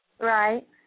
right